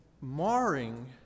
marring